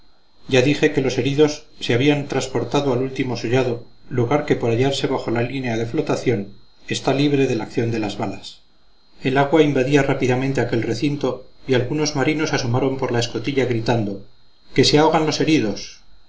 ya dije que los heridos se habían transportado al último sollado lugar que por hallarse bajo la línea de flotación está libre de la acción de las balas el agua invadía rápidamente aquel recinto y algunos marinos asomaron por la escotilla gritando que se ahogan los heridos